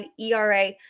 era